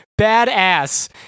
badass